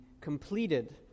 completed